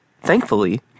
Thankfully